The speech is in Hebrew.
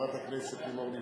חברת הכנסת לימור לבנת,